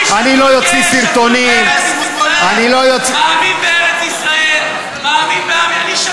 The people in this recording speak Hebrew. אני לא אוציא סרטונים, אני לא אוציא, אני שתול